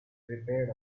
prepared